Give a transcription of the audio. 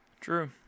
True